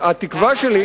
אבל התקווה שלי,